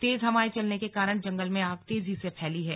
तेज हवाएं चलने के कारण जंगल में आग तेजी से फैली है